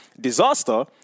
Disaster